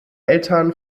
eltern